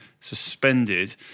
suspended